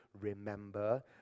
remember